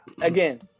Again